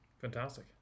Fantastic